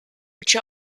which